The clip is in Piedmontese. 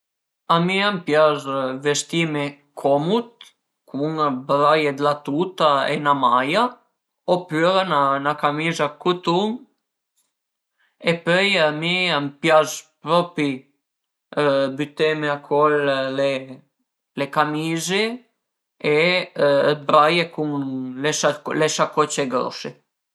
A me a m'pias vestime comud cun braie d'la tuta e 'na maia opüra 'na camiza dë cutun e pöi a mi a m'pias propri büteme acol le camize e dë braie cun le sacocie grose